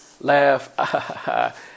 laugh